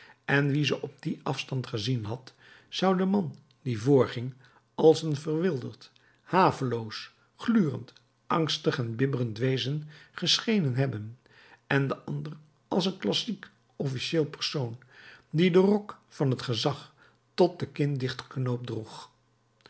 en wie ze op dien afstand gezien had zou den man die voorging als een verwilderd haveloos glurend angstig en bibberend wezen geschenen hebben en den ander als een klassiek officiëel persoon die den rok van het gezag tot den kin dichtgeknoopt droeg